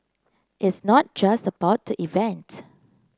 it's not just about the event